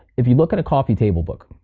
if you look at a coffee table book,